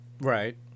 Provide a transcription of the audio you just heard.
Right